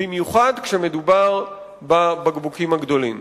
במיוחד כשמדובר בבקבוקים הגדולים.